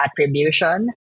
attribution